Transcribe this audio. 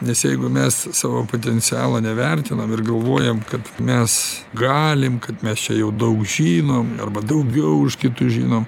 nes jeigu mes savo potencialo nevertinam ir galvojam kad mes galim kad mes čia jau daug žinom arba daugiau už kitus žinom